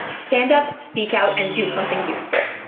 stand up, speak out and do something useful.